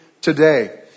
today